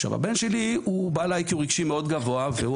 הבן שלי הוא בעל IQ רגשי מאוד גבוה והוא